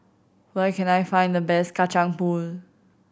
where can I find the best Kacang Pool